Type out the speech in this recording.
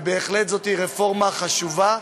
ובהחלט זאת רפורמה חשובה.